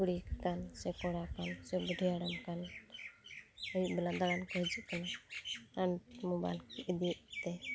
ᱠᱩᱲᱤ ᱠᱚᱲᱟ ᱥᱮ ᱠᱚᱲᱟᱠᱟᱱ ᱥᱮ ᱵᱩᱰᱷᱤ ᱦᱟᱲᱟᱢ ᱠᱟᱱ ᱟᱹᱭᱩᱵ ᱵᱮᱞᱟ ᱫᱟᱬᱟᱱ ᱠᱚ ᱦᱤᱡᱩᱜ ᱠᱟᱱᱟ ᱟᱨ ᱢᱳᱵᱟᱭᱤᱞ ᱠᱚ ᱤᱫᱤᱭᱮᱫᱛᱮ